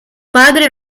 padre